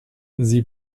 sie